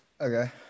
Okay